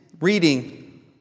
reading